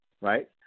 right